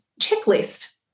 checklist